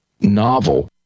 novel